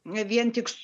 ne vien tik